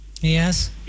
Yes